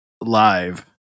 live